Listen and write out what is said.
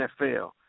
NFL